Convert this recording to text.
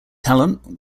talent